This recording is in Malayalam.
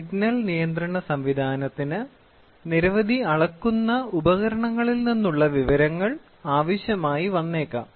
സിഗ്നൽ നിയന്ത്രണ സംവിധാനത്തിന് നിരവധി അളക്കുന്ന ഉപകരണങ്ങളിൽ നിന്നുള്ള വിവരങ്ങൾ ആവശ്യമായി വന്നേക്കാം